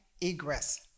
egress